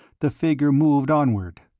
the figure moved onward.